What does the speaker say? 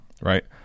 right